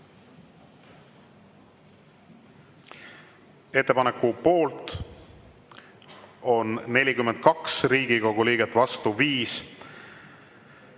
Ettepaneku poolt on 42 Riigikogu liiget, vastu 5